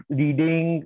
reading